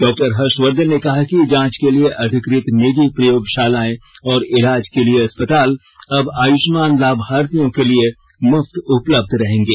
doctor Harshvardhan ने कहा कि जांच के लिए अधिकृत निजी प्रयोगशालाएं और इलाज के लिए अस्पताल अब आयुष्मान लाभार्थियों के लिए मुफ्त उपलब्ध रहेंगे